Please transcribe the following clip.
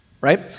right